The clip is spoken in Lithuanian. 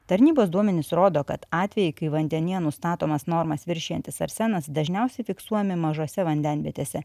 tarnybos duomenys rodo kad atvejai kai vandenyje nustatomas normas viršijantis arsenas dažniausiai fiksuojami mažose vandenvietėse